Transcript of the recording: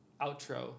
outro